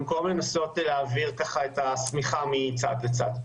במקום לנסות להעביר, ככה, את השמיכה מצד לצד.